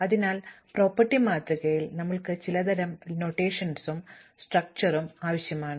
അതിനാൽ പ്രോപ്പർട്ടി മാതൃകയാക്കാൻ ഞങ്ങൾക്ക് ചിലതരം നൊട്ടേഷനും ഘടനയും ആവശ്യമാണ്